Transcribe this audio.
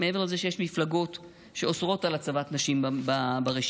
מעבר לזה שיש מפלגות שאוסרות הצבת נשים ברשימה,